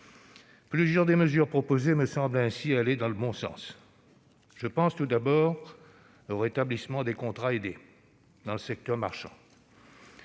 Plusieurs des mesures proposées me paraissent ainsi aller dans le bon sens. Je pense tout d'abord au rétablissement des contrats aidés dans le secteur marchand.